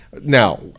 Now